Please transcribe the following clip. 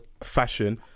fashion